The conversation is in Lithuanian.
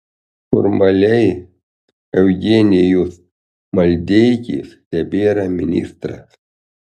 formaliai eugenijus maldeikis tebėra ministras